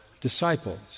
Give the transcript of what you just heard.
disciples